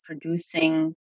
producing